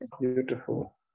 Beautiful